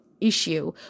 issue